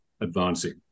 advancing